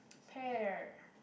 pear